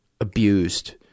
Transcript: abused